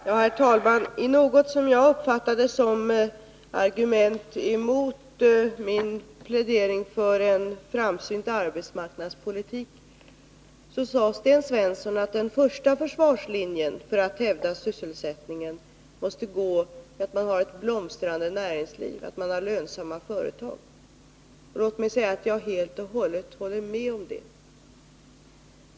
Herr talman! I något som jag uppfattade som argumentation mot min plädering för en framsynt arbetsmarknadspolitik sade Sten Svensson att den första försvarslinjen när det gäller att hävda sysselsättningen måste gå vid ett blomstrande näringsliv och lönsamma företag. Låt mig säga att jag helt och fullt håller med om det.